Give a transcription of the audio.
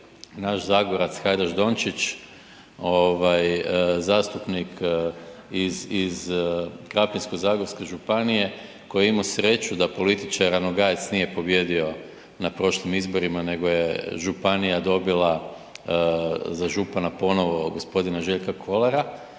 naš zagorac Hajdaš Dončić, ovaj zastupnik iz Krapinsko-zagorske županije koji je imao sreću da političar Ranogajec nije pobijedio na prošlim izborima nego je županija dobila za župana ponovo gospodina Željka Kolara,